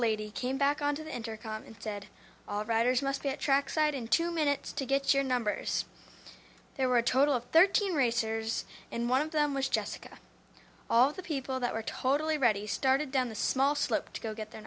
lady came back onto the intercom and said all riders must be a trackside in two minutes to get your numbers there were a total of thirteen racers and one of them was jessica all the people that were totally ready started down the small slope to go get their